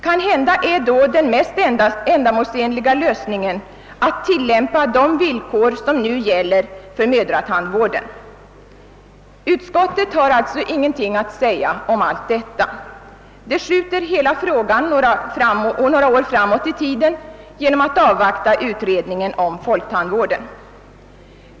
Kanhända är då den mest ändamålsenliga lösningen att tillämpa de villkor som nu gäller för mödratandvården. Utskottet har alltså ingenting att säga om allt detta. Det skjuter hela frågan några år framåt i tiden genom att hänvisa till folktandvårdsutredningen.